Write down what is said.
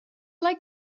like